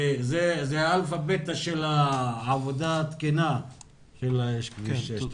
זה א'-ב' של העבודה התקינה על כביש 6. כן.